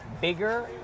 Bigger